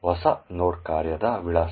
ಹೊಸ ನೋಡ್ ಕಾರ್ಯದ ವಿಳಾಸ